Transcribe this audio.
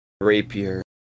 rapier